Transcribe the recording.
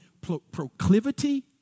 proclivity